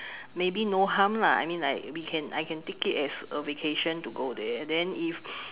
maybe no harm lah I mean I we can I can take it as a vacation to go there then if